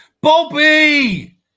Bobby